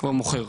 כבר מוכר.